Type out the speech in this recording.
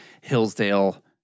Hillsdale